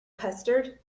custard